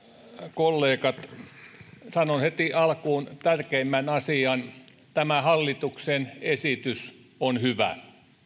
kollegat sanon heti alkuun tärkeimmän asian tämä hallituksen esitys on hyvä